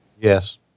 Yes